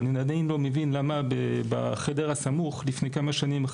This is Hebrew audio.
אבל אני עדיין לא מבין למה בחדר הסמוך לפני כמה שנים,